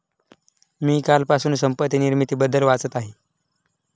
मी कालपासून संपत्ती निर्मितीबद्दल वाचत आहे